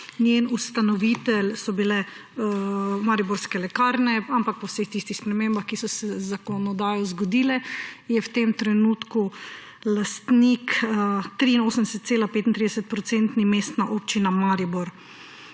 Njen ustanovitelj so bile Mariborske lekarne, ampak po vseh tistih spremembah, ki so se z zakonodajo zgodile, je v tem trenutku Mestna občina Maribor